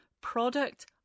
product